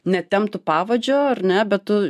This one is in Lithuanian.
netemptų pavadžio ar ne bet tu